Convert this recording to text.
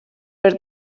per